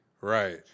Right